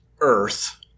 Earth